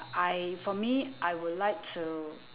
I for me I would like to